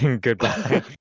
Goodbye